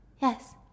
Yes